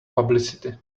publicity